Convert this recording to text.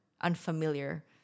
unfamiliar